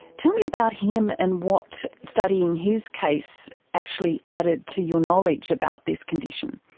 tell me about him and what studying his case actually added to your knowledge about this condition.